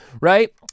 right